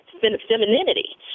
femininity